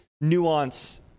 nuance